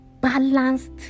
balanced